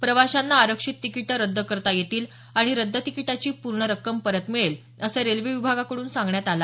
प्रवाशांना आरक्षित तिकिटं रद्द करता येतील आणि रद्द तिकीटाची पूर्ण रक्कम परत मिळेल असं रेल्वे विभागाकडून सांगण्यात आलं